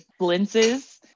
blinces